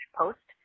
post